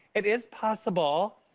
it is possible,